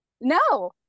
No